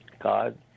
God